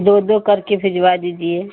दो दो करके भिजवा दीजिए